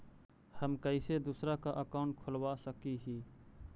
हम कैसे दूसरा का अकाउंट खोलबा सकी ही?